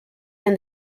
than